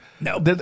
No